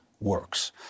works